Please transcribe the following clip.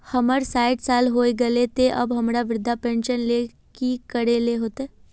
हमर सायट साल होय गले ते अब हमरा वृद्धा पेंशन ले की करे ले होते?